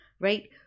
right